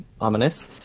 ominous